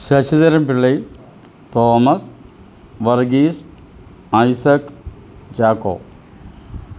Sasidharan Pillai Thomas Varghese Isaac Chacko